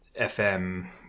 FM